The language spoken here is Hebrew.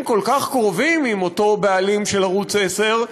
כל כך קרובים עם אותו בעלים של ערוץ 10,